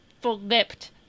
flipped